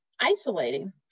isolating